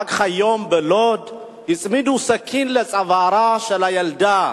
בלוד רק היום הצמידו סכין לצווארה של ילדה,